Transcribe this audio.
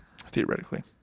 theoretically